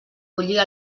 collir